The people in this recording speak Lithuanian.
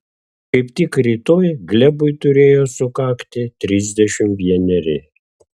kaip tik rytoj glebui turėjo sukakti trisdešimt vieneri